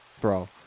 bro